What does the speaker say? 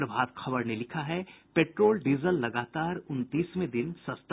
प्रभात खबर ने लिखा है पेट्रोल डीजल लगातार उनतीसवें दिन सस्ता